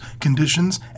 conditions